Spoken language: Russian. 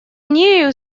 нею